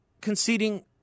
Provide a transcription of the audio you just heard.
conceding